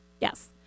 Yes